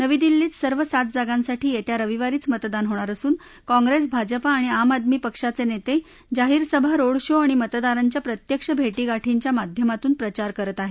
नवी दिल्लीत सर्व सात जागांसाठी येत्या रविवारीच मतदान होणार असून काँप्रेस भाजपा आणि आम आदमी पक्षाचे नेते जाहीरसभा रोड शो आणि मतदारांच्या प्रत्यक्ष भेटीगाठींच्या माध्यमातून प्रचार करत आहेत